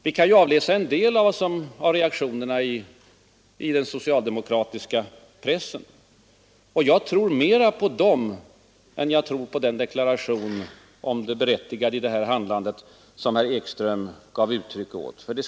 Vi kan avläsa en del av reaktionerna i den socialdemokratiska pressen, och jag tror mer på dem än på den deklaration om det berättigade i handlandet som herr Ekström gjorde.